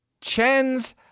Chens